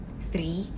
three